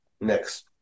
next